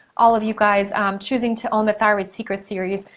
all of you guys choosing to own the thyroid secret series,